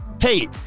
Hey